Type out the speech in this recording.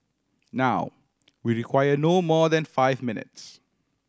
now we require no more than five minutes